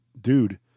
dude